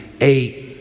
eight